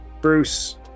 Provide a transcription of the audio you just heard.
Bruce